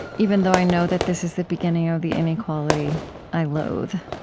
even though i know that this is the beginning of the inequality i loathe.